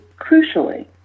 crucially